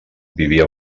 vivia